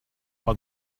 but